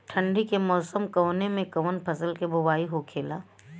ठंडी के मौसम कवने मेंकवन फसल के बोवाई होखेला?